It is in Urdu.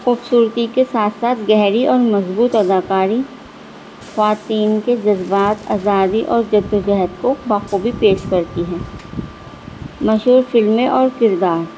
خوبصورتی کے ساتھ ساتھ گہری اور مضبوط اداکاری خواتین کے جذبات آزادی اور جد وجہد کو باخوبی پیش کرتی ہے مشہور فلمیں اور کردار